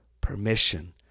permission